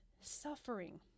suffering